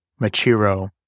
Machiro